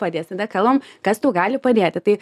padės tada kalbam kas tau gali padėti tai